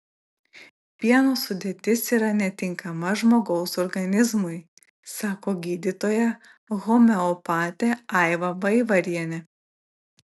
pieno sudėtis yra netinkama žmogaus organizmui sako gydytoja homeopatė aiva vaivarienė